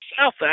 South